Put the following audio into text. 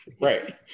Right